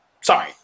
Sorry